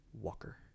Walker